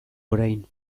orain